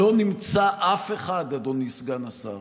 לא נמצא אף אחד, אדוני סגן השר,